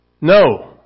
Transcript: no